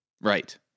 Right